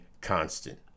constant